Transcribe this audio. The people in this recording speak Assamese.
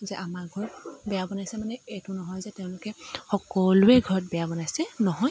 যে আমাৰ ঘৰত বেয়া বনাইছে মানে এইটো নহয় যে তেওঁলোকে সকলোৰে ঘৰত বেয়া বনাইছে নহয়